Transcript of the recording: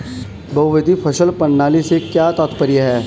बहुविध फसल प्रणाली से क्या तात्पर्य है?